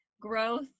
growth